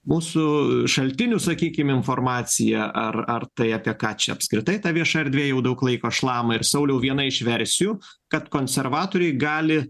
mūsų šaltinių sakykim informacija ar ar tai apie ką čia apskritai ta vieša erdvė jau daug laiko šlama ir sauliau viena iš versijų kad konservatoriai gali